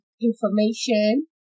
information